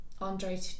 Andre